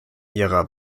ihrer